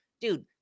dude